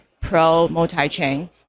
pro-multi-chain